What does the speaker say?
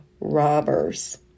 robbers